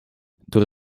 door